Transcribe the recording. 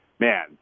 Man